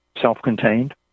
self-contained